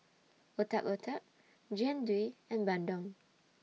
Otak Otak Jian Dui and Bandung